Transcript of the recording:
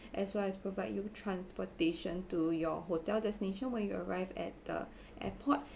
as well as provide you transportation to your hotel destination when you arrive at the airport